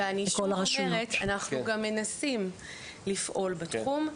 ואני שוב אומרת: אנחנו גם מנסים לפעול בתחום,